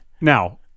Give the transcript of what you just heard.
Now